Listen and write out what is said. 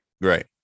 Right